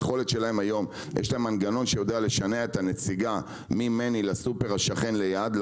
היום יש לספקים מנגנון שיודע לשנע את הנציגה ממני לסופר השכן ליד,